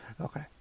Okay